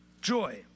joy